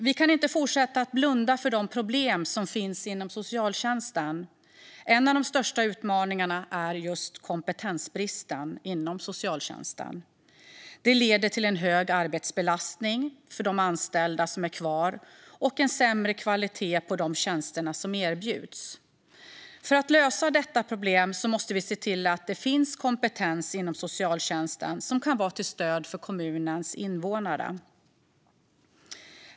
Vi kan inte fortsätta att blunda för de problem som finns inom socialtjänsten. En av de största utmaningarna är just kompetensbristen inom socialtjänsten. Det leder till en hög arbetsbelastning för de anställda som är kvar och en sämre kvalitet på de tjänster som erbjuds. För att lösa detta problem måste vi se till att det finns kompetens inom socialtjänsten som kan vara till stöd för kommunens invånare.